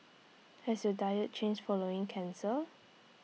has your diet changed following cancer